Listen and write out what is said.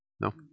No